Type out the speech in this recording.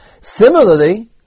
similarly